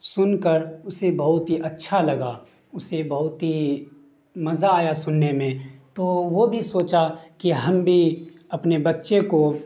سن کر اسے بہت ہی اچھا لگا اسے بہت ہی مزہ آیا سننے میں تو وہ بھی سوچا کہ ہم بھی اپنے بچے کو